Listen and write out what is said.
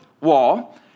wall